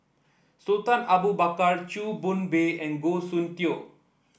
Sultan Abu Bakar Chew Boon Bay and Goh Soon Tioe